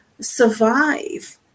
survive